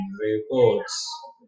reports